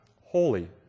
holy